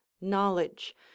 knowledge